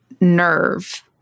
nerve